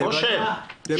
בוא שב.